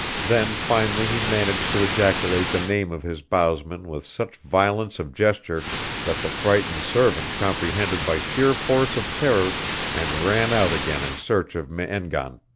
then finally he managed to ejaculate the name of his bowsman with such violence of gesture that the frightened servant comprehended by sheer force of terror and ran out again in search of me-en-gan.